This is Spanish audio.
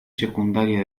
secundaria